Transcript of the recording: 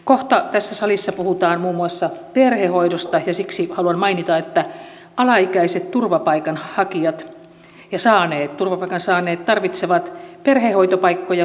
kohta tässä salissa puhutaan muun muassa perhehoidosta ja siksi haluan mainita että alaikäiset turvapaikanhakijat ja turvapaikan saaneet tarvitsevat perhehoitopaikkoja suomeen